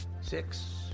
six